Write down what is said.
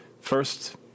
First